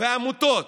עמותות